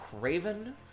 Craven